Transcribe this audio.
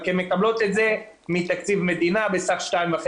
רק שהן מקבלות את זה מתקציב מדינה בסך 2.5